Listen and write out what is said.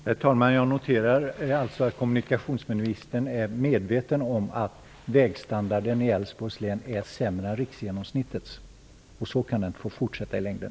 Herr talman! Jag noterar alltså att kommunikationsministern är medveten om att vägstandarden i Älvsborgs län är sämre än riksgenomsnittet. Så kan det inte få fortsätta i längden.